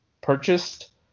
purchased